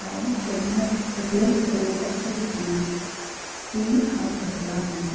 हांव केन्नाच थकलें सुद्दां जाल्यार अशें दिसना की हांव थकलां म्हणून